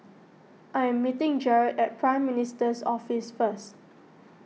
I am meeting Jarred at Prime Minister's Office first